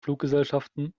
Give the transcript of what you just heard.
fluggesellschaften